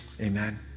Amen